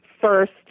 first